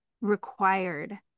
required